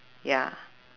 ya